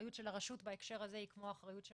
האחריות של הרשות בהקשר הזה היא כמו האחריות של